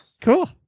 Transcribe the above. Cool